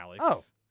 Alex